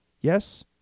Yes